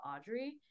Audrey